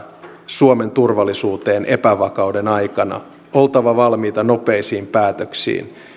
suomen turvallisuuteen epävakauden aikana oltava valmiita nopeisiin päätöksiin